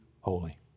holy